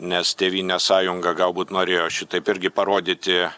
nes tėvynės sąjunga galbūt norėjo šitaip irgi parodyti